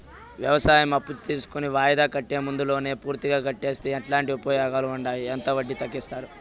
వ్యవసాయం అప్పు తీసుకొని వాయిదా కంటే ముందే లోను పూర్తిగా కట్టేస్తే ఎట్లాంటి ఉపయోగాలు ఉండాయి? ఎంత వడ్డీ తగ్గిస్తారు?